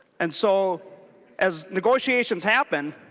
and so as negotiations happen